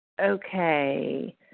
Okay